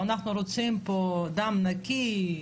או אנחנו רוצים פה דם נקי,